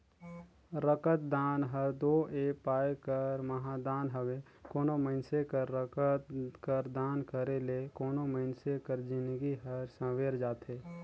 रकतदान हर दो ए पाए कर महादान हवे कोनो मइनसे कर रकत कर दान करे ले कोनो मइनसे कर जिनगी हर संवेर जाथे